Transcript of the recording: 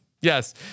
Yes